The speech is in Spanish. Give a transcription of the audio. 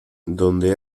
donde